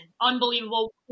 Unbelievable